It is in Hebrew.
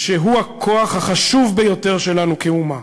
שהוא הכוח החשוב ביותר שלנו כאומה.